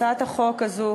הצעת החוק הזאת,